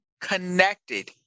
connected